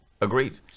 Agreed